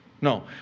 No